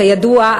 כידוע,